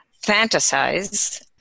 fantasize